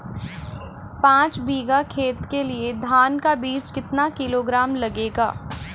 पाँच बीघा खेत के लिये धान का बीज कितना किलोग्राम लगेगा?